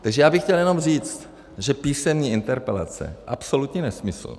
Takže já bych chtěl jenom říct, že písemné interpelace je absolutní nesmysl.